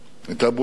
היה בו איזה